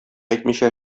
әйтмичә